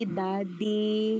daddy